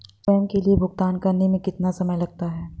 स्वयं के लिए भुगतान करने में कितना समय लगता है?